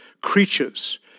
creatures